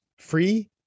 free